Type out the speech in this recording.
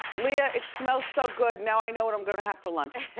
leah, it smells so good. now i know what i'm gonna have for lunch.